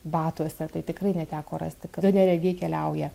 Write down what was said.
batuose tai tikrai neteko rasti neregiai keliauja